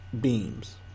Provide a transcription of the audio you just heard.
Beams